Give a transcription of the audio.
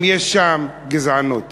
גם שם יש גזענות.